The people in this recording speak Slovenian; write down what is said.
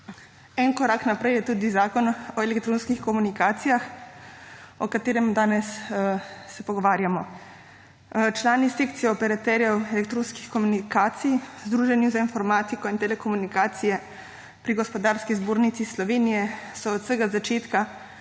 En korak naprej je tudi Zakon o elektronskih komunikacijah, o katerem se danes pogovarjamo. Člani Sekcije operaterjev elektronskih komunikacij v Združenju za informatiko in telekomunikacije pri Gospodarski zbornici Slovenije so od vsega začetka